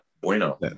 bueno